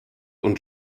und